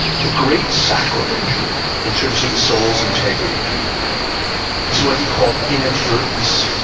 the great sacrilege in terms of the soul's integrity is what he called inadvertent,